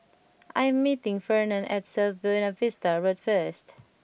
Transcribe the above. I am meeting Fernand at South Buona Vista Road first